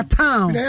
town